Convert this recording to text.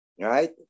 Right